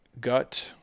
gut